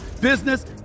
business